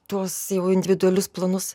tuos individualius planus